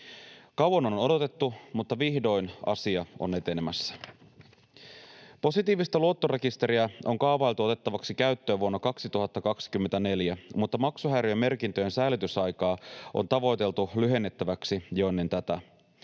Kauan on odotettu, mutta vihdoin asia on etenemässä. Positiivista luottorekisteriä on kaavailtu otettavaksi käyttöön vuonna 2024, mutta maksuhäiriömerkintöjen säilytysaikaa on tavoiteltu lyhennettäväksi jo ennen tätä.